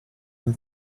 than